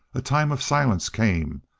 a time of silence came,